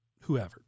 whoever